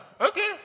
Okay